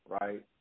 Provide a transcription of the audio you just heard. right